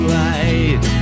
light